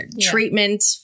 treatment